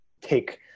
take